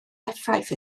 effaith